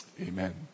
Amen